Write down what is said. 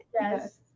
Yes